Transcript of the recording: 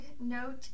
note